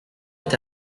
est